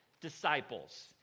disciples